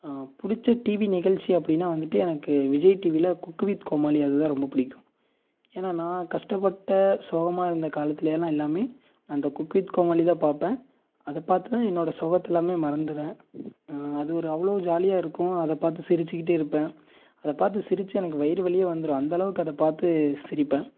பிடிச்ச டிவி நிகழ்ச்சி அப்படினா வந்துட்டு எனக்கு விஜய் டிவியில் குக் வித் கோமாளி அதுதான் ரொம்ப பிடிக்கும் ஏன்னால் நான் கஷ்டப்பட்ட சோகமாக இருந்த காலத்திலயெல்லாம் எல்லாமே அந்த குக் வித் கோமாளிதான் பாப்பேன் அதை பார்த்துதான் என்னோட சோகத்தை எல்லாமே மறந்துறேன் அது ஒரு அவ்வளோ ஜாலியாக இருக்கும் அதை பார்த்து சிரிச்சுகிட்டே இருப்பேன் அதை பார்த்து சிரித்து எனக்கு வயிறு வலியே வந்துடும் அந்த அளவுக்கு அதை பார்த்து சிரிப்பேன்